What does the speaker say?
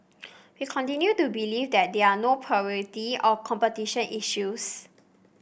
we continue to believe there are no plurality or competition issues